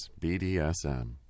BDSM